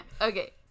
okay